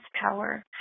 power